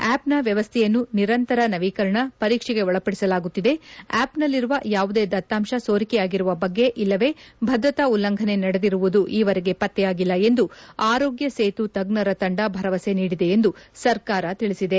ಆಪ್ನ ವ್ಯವಸ್ಟೆಯನ್ನು ನಿರಂತರ ನವೀಕರಣ ಪರೀಕ್ಷೆಗೆ ಒಳಪಡಿಸಲಾಗುತ್ತಿದೆ ಆಪ್ನಲ್ಲಿರುವ ಯಾವುದೇ ದತ್ತಾಂಶ ಸೋರಿಕೆಯಾಗಿರುವ ಬಗ್ಗೆ ಇಲ್ಲವೇ ಭದ್ರತಾ ಉಲ್ಲಂಘನೆ ನಡೆದಿರುವುದು ಈವರೆಗೂ ಪತ್ನೆಯಾಗಿಲ್ಲ ಎಂದು ಆರೋಗ್ನ ಸೇತು ತಜ್ಞರ ತಂಡ ಭರವಸೆ ನೀಡಿದೆ ಎಂದು ಸರ್ಕಾರ ತಿಳಿಸಿದೆ